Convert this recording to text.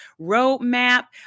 Roadmap